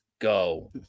go